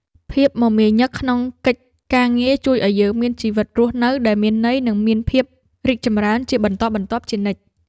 ភាពមមាញឹកក្នុងកិច្ចការងារជួយឱ្យយើងមានជីវិតរស់នៅដែលមានន័យ និងមានភាពរីកចម្រើនជាបន្តបន្ទាប់ជានិច្ច។